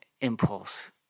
impulse